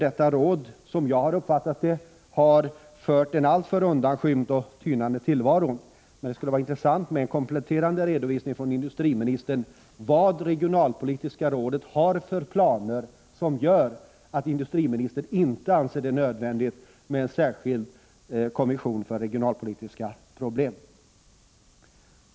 Detta råd har — som jag uppfattat saken — fört en alltför undanskymd och tynande tillvaro. Det skulle vara intressant att få en kompletterande redovisning från industriministern om vad regionalpolitiska rådet har för planer som gör att industriministern inte anser det nödvändigt med en särskild kommission för regionalpolitiska problem.